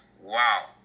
Wow